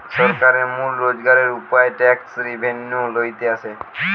সরকারের মূল রোজগারের উপায় ট্যাক্স রেভেন্যু লইতে আসে